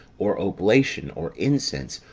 or oblation, or incense,